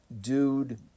Dude